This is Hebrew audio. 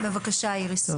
בבקשה, איריס.